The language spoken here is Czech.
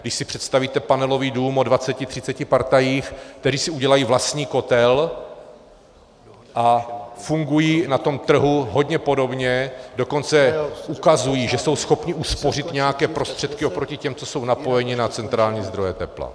Když si představíte panelový dům o dvaceti, třiceti partajích, kteří si udělají vlastní kotel a fungují na tom trhu hodně podobně, dokonce ukazují, že jsou schopni uspořit nějaké prostředky oproti těm, co jsou napojeni na centrální zdroje tepla.